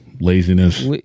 Laziness